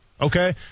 Okay